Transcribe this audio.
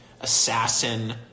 assassin